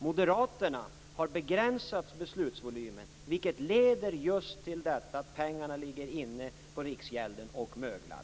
Moderaterna har begränsat beslutsvolymen, vilket just leder till att pengarna ligger inne på Riksgälden och möglar.